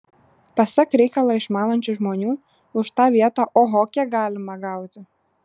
pasak reikalą išmanančių žmonių už tą vietą oho kiek galima gauti